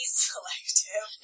selective